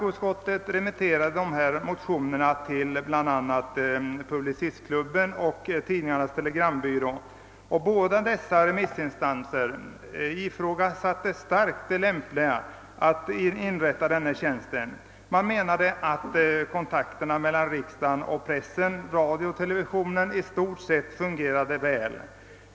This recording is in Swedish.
Utskottet remitterade motionerna till bl.a. Publicistklubben och Tidningarnas Telegrambyrå, och båda dessa remissinstanser ifrågasatte starkt det lämpliga i att inrätta en pressombudsmannatjänst. De menade att kontakterna mellan riksdagen å ena sidan och press, radio och TV å andra sidan i stort sett fungerade väl.